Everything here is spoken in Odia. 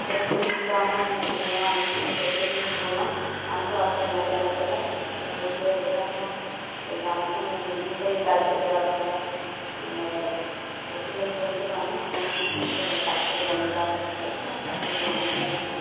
ବ୍ୟାଙ୍କ୍ନୁ ତ ଆମେ ଲୋନ୍ ଆଣିଥିଲୁ ବୋଲିକରି ଲୋନ୍ ଆମ୍କୁ ଆଉ ତ ନାଇଁଦେଲା କହେଲା ହେତ୍କି ମୋର୍ ଝି'ର ବିହା ଥିଲା ବେଲେ ଆମ୍କୁ ହେନ୍ତି ଗାଡ଼ିଟେ ଦେବାର୍ ଥିଲା ବେଲେ ସେଥିର୍ଲାଗି ବୋଲିକରି ଆମେ ଆମର୍ ହେନୁ ଘର ପାଖେ ହେ ଜମିଦାର୍ ଘର ଯେ ଅଛନ୍ ତାଙ୍କର୍ନୁ ଆନିକରି ଆମେ